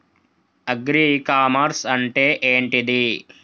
Agri e commerce అంటే ఏంటిది?